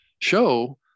show